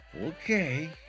Okay